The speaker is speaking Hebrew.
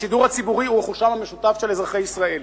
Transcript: השידור הציבורי הוא רכושם המשותף של אזרחי ישראל,